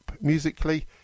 musically